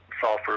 sulfur